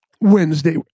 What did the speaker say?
Wednesday